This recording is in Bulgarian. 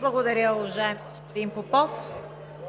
ПРЕДСЕДАТЕЛ